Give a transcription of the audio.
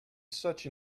such